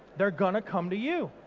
they're gonna come to you.